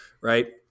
right